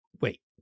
wait